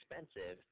expensive